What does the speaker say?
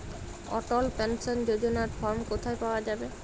অটল pension যোজনার form কোথায় পাওয়া যাবে?